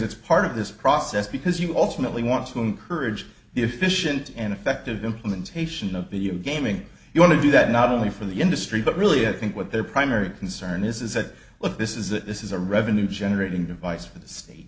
it's part of this process because you alternately want to encourage the efficient and effective implementation of the gaming you want to do that not only for the industry but really i think what their primary concern is is that look this is that this is a revenue generating device for the state